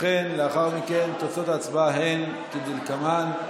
לאחר מכן, תוצאות ההצבעה הן כדלקמן: